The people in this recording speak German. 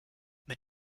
mit